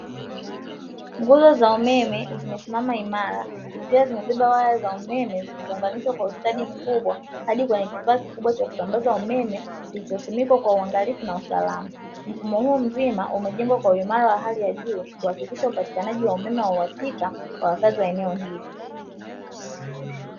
Nguzo za umeme zimesimama imara zikiwa zimebeba waya za umeme zilizounganishwa kwa ustadi mkubwa hadi kwenye kifaa kikubwa cha kusambaza umeme kilichosimikwa kwa uangalifu na usalama. Mfumo huo mzima umejengwa kwa uimara wa hali ya juu kuhakikisha upatikanaji wa umeme wa uhakika kwa wakazi wa eneo hili.